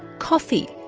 coffee,